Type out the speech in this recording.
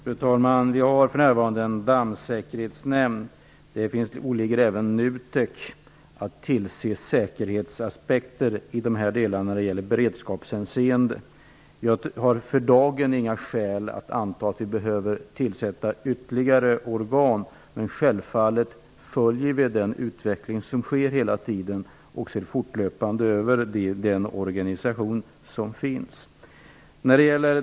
Fru talman! Det finns för närvarande en dammsäkerhetsnämnd, och det åligger även NUTEK att tillse säkerhetsaspekter i dessa delar vad gäller beredskapshänseende. Jag har för dagen inte några skäl att anta att vi behöver tillsätta ytterligare organ. Självfallet följer vi den utveckling som sker och ser fortlöpande över den organisation som finns.